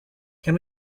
can